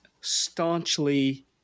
staunchly